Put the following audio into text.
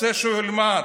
רוצה שהוא ילמד,